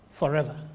forever